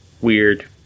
weird